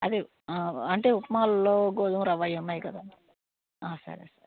అదే అంటే ఉప్మాలలో గోధుమ రవ అవి ఉన్నాయి కదా సరే